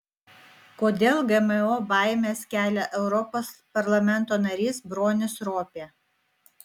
kodėl gmo baimes kelia europos parlamento narys bronis ropė